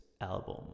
album